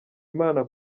imana